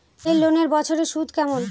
এই লোনের বছরে সুদ কেমন?